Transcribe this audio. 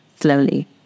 slowly